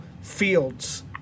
fields